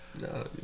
No